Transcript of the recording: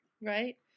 Right